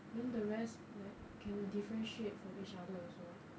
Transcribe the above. then the rest like can differentiate from each other also [what]